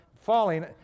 falling